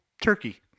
turkey